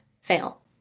fail